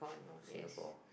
of Singapore